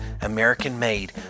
American-made